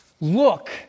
Look